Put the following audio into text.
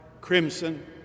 crimson